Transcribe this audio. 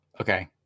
Okay